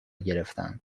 گرفتند